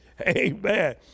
Amen